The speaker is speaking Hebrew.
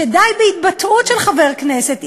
שדי בהתבטאות של חבר כנסת,